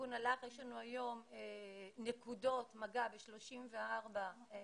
יש לנו היום נקודות מגע ב-34 מרכזים,